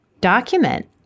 document